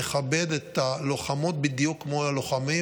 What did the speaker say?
מכבד את הלוחמות בדיוק כמו את הלוחמים,